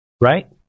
right